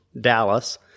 Dallas